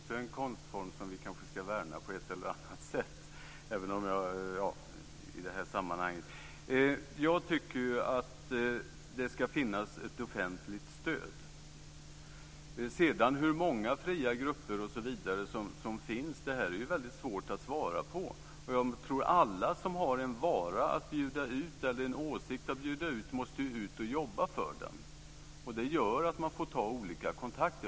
Herr talman! Det senare är kanske också en konstform som vi ska värna på ett eller annat sätt. Jag tycker att det ska finnas ett offentligt stöd. Hur många fria grupper som finns är väldigt svårt att svara på. Jag tror att alla som har en vara eller en åsikt att bjuda ut måste ut och jobba för den. Det gör att man får ta olika kontakter.